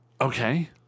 Okay